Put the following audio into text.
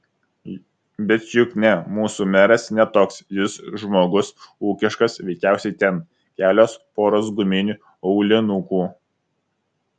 bet juk ne mūsų meras ne toks jis žmogus ūkiškas veikiausiai ten kelios poros guminių aulinukų